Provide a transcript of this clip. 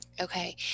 Okay